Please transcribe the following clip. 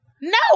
No